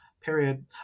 Period